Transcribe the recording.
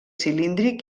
cilíndric